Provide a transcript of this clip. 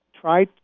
Try